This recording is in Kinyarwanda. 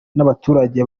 n’abaturage